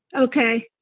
Okay